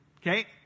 Okay